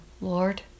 Lord